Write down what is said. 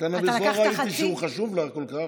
לא ראיתי שהוא חשוב לך כל כך,